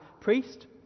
priest